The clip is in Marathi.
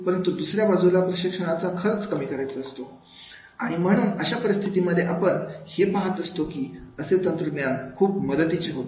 परंतु दुसऱ्या बाजूला प्रशिक्षणाचा खर्च कमी करायचा असतो आणि म्हणून अशा परिस्थितीमध्ये आपण हे पाहत असतो की असे तंत्रज्ञान खूप मदतीचे होते